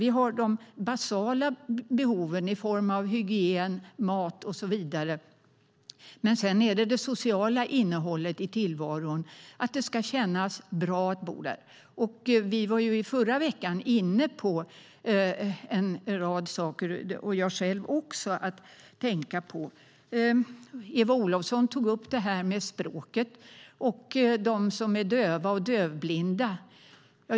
Vi har de basala behoven i form av hygien, mat och så vidare. Men sedan handlar det om det sociala innehållet i tillvaron, att det ska kännas bra att bo där. Vi var ju, jag själv också, i förra veckan inne på en rad saker att tänka på. Eva Olofsson tog upp språket och de som är döva och dövblinda.